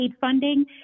funding